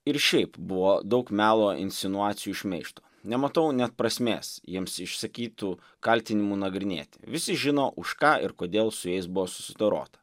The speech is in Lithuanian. ir šiaip buvo daug melo insinuacijų šmeižto nematau net prasmės jiems išsakytų kaltinimų nagrinėti visi žino už ką ir kodėl su jais buvo susidorota